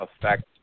affect